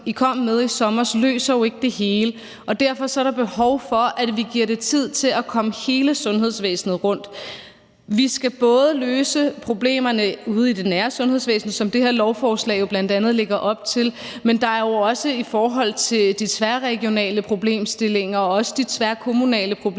I kom med i sommer, løser jo ikke det hele, og derfor er der behov for, at vi giver det tid til at komme hele sundhedsvæsenet rundt. Vi skal både løse problemerne ude i det nære sundhedsvæsen, hvilket det her lovforslag jo bl.a. lægger op til, men der er også de tværregionale problemstillinger og også de tværkommunale problemstillinger;